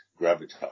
gravitas